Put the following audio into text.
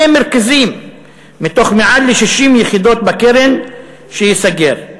מרכזים מתוך מעל 60 יחידות בקרן שייסגר.